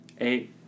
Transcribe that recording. eight